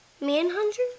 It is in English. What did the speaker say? Manhunter